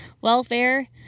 welfare